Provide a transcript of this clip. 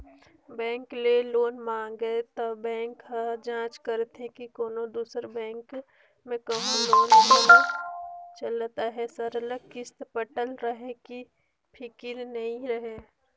bank ले loan मांगबे त बेंक ह जांच करथे के कोनो दूसर बेंक में कहों लोन घलो चलत अहे सरलग किस्त पटत रहें ले फिकिर नी रहे